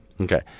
Okay